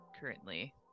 currently